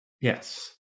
Yes